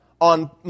on